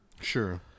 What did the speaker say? Sure